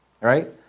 Right